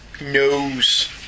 knows